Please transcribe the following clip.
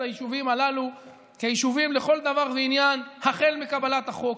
היישובים הללו כאל יישובים לכל דבר ועניין החל מקבלת החוק.